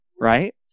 right